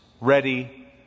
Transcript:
ready